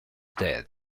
dead